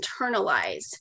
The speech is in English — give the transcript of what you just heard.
internalize